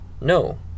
No